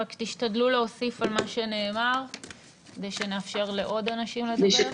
רק תשתדלו להוסיף על מה שנאמר כדי שנאפשר לעוד אנשים לדבר.